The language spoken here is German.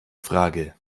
frage